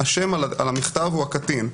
השם על המכתב הוא הקטין.